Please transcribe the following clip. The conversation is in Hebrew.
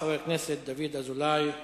חבר הכנסת דוד אזולאי,